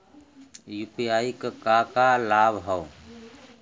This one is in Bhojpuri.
यू.पी.आई क का का लाभ हव?